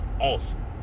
awesome